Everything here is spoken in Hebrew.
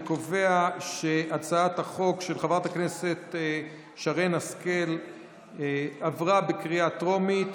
אני קובע שהצעת החוק של חברת הכנסת שרן השכל עברה בקריאה טרומית